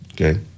Okay